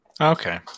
Okay